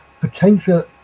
potential